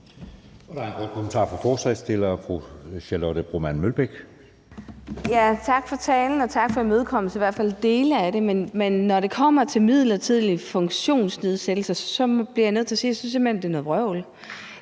Tak for talen. Og tak for imødekommelsen af i hvert fald dele af det, men når det kommer til midlertidig funktionsnedsættelse, bliver jeg nødt til at sige, at jeg simpelt